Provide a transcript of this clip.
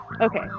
Okay